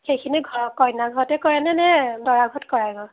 সেইখিনি কইনা ঘৰতে কৰে নে নে দৰা ঘৰত কৰাইগৈ